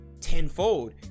tenfold